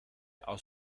aus